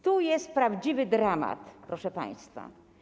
Tu jest prawdziwy dramat, proszę państwa.